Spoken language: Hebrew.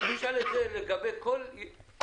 אפשר לשאול את זה לגבי כל פריסה.